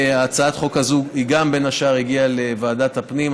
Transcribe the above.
הצעת החוק הזאת, בין השאר, הגיעה לוועדת הפנים.